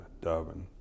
Darwin